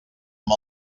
amb